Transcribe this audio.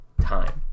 time